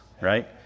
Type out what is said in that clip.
right